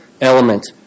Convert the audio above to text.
element